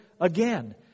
again